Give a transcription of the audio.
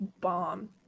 bomb